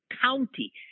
county